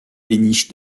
péniche